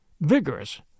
vigorous